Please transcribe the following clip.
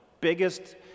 biggest